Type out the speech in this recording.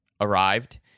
arrived